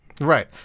Right